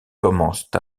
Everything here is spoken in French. commencent